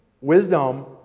Wisdom